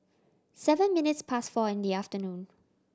seven minutes past four in the afternoon